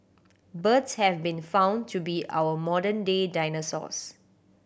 birds have been found to be our modern day dinosaurs